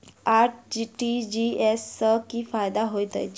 RTGS सँ की फायदा होइत अछि?